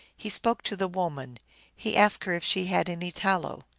he spoke to the woman he asked her if she had any tallow.